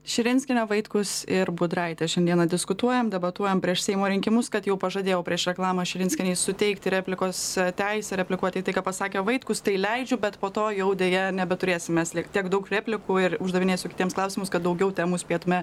širinskienė vaitkus ir budraitė šiandiena diskutuojam debatuojam prieš seimo rinkimus kad jau pažadėjau prieš reklamą širinskienei suteikti replikos teisę replikuoti į tai ką pasakė vaitkus tai leidžiu bet po to jau deja nebeturėsim mes lik tiek daug replikų ir uždavinėsiu kitiems klausimus kad daugiau temų spėtumėme